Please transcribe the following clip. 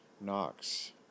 Knox